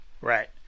Right